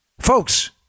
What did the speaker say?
Folks